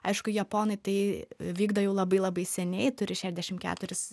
aišku japonai tai vykdo jau labai labai seniai turi šešiasdešim keturis